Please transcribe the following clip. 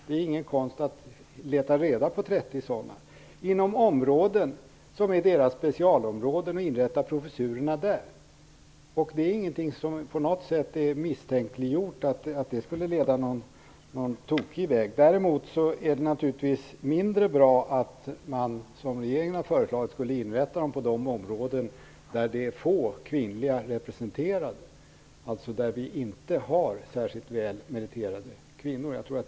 Det är ingen konst att leta reda på 30 sådana inom områden som är deras specialområden och inrätta professurerna där. Det är ingen som på något sätt misstänker att det skulle leda till en tokig väg. Däremot är det mindre bra att man, som regeringen har föreslagit, skulle inrätta dem på de områden där det finns få kvinnor representerade, dvs. där det inte finns särskilt väl meriterade kvinnor.